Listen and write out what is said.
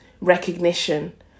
recognition